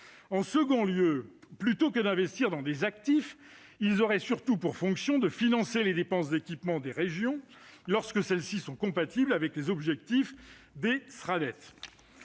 En second lieu, plutôt que d'investir dans des actifs, ils auraient surtout pour fonction de financer les dépenses d'équipement des régions lorsque celles-ci sont compatibles avec les objectifs des schémas